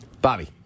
Bobby